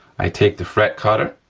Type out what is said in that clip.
i take the fret cutter,